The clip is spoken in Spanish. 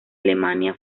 alemania